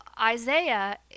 Isaiah